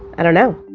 i don't know